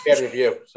review